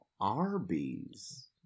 Arby's